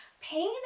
Pain